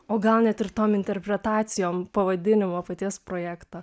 o gal net ir tom interpretacijom pavadinimo paties projekto